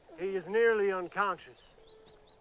he is nearly unconscious.